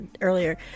earlier